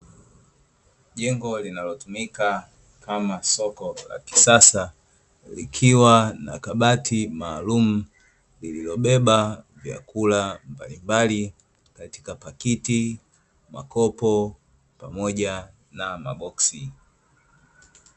Jengo linalotumika kama soko la kisasa, likiwa na kabati maalumu lililobeba vyakula mbalimbali katika pakiti, makopo pamoja na maboksi.